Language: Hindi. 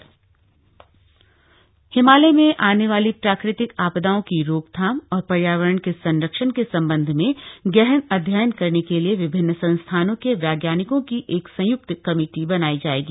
वैज्ञानिक बैठक हिमालय में आने वाली प्राकृतिक आपदाओं की रोकथाम और पर्यावरण के संरक्षण के सम्बन्ध में गहन अध्ययन करने के लिए विभिन्न संस्थानों के वैज्ञानिकों की एक संय्क्त कमेटी बनायी जाएगी